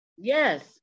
yes